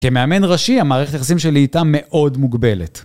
כמאמן ראשי, המערכת יחסים שלי איתם מאוד מוגבלת.